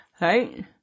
Right